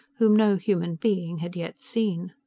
whom no human being had yet seen.